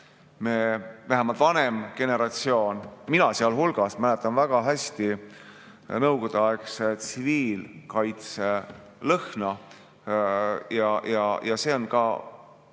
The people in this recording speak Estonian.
et vähemalt vanem generatsioon, mina sealhulgas, mäletab väga hästi nõukogudeaegse tsiviilkaitse lõhna. Ja see on